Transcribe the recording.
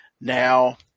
Now